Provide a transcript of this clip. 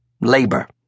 labor